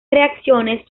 reacciones